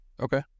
Okay